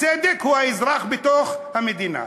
הצדק הוא האזרח בתוך המדינה.